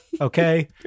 Okay